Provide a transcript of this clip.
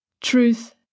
truth